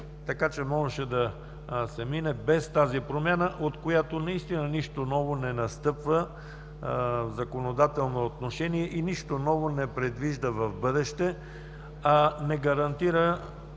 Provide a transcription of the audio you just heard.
България. Можеше да се мине без тази промяна, от която наистина нищо ново не настъпва в законодателно отношение и нищо ново не предвижда в бъдеще, а не гарантира,